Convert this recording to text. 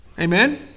Amen